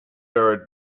are